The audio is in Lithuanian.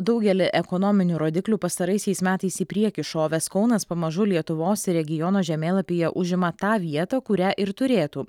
daugelį ekonominių rodiklių pastaraisiais metais į priekį šovęs kaunas pamažu lietuvos regiono žemėlapyje užima tą vietą kurią ir turėtų